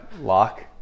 lock